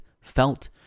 felt